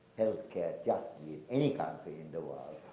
health care justly in any country in the world,